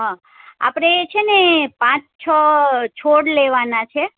હં આપણે છે ને પાંચ છ છોડ લેવાના છે